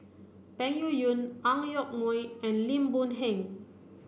Peng Yuyun Ang Yoke Mooi and Lim Boon Heng